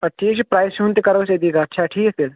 اَدٕ ٹھیٖک چھُ پرٛایسہِ ہُنٛد تہِ کَرو أسۍ ییٚتی کَتھ چھا ٹھیٖک تیٚلہِ